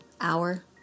hour